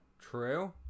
True